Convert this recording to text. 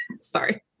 Sorry